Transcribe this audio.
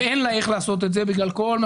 ואין לה איך לעשות את זה בגלל כל מה